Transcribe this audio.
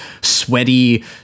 sweaty